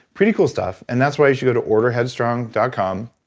pretty cool stuff, and that's why you should go to orderheadstrong dot com.